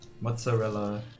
mozzarella